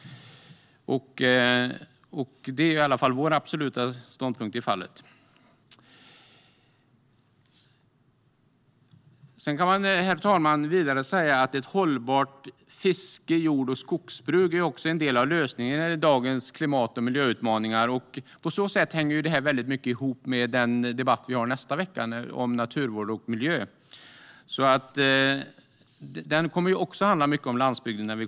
Det är i alla fall vår absoluta ståndpunkt i frågan. Herr talman! Ett hållbart fiske, jordbruk och skogsbruk är också en del av lösningen på dagens klimat och miljöutmaningar. På så sätt hänger det här väldigt mycket ihop med den debatt som vi kommer att ha nästa vecka om naturvård och miljö. Den kommer också att handla mycket om landsbygden.